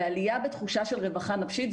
ועלייה בתחושה של רווחה נפשית.